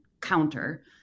counter